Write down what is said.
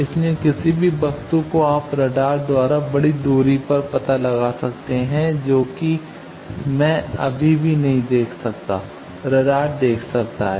इसलिए किसी भी वस्तु को आप रडार द्वारा बड़ी दूरी पर पता लगा सकते हैं जो कि मैं अभी भी नहीं देख सकता रडार देख सकता है